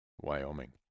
Wyoming